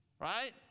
right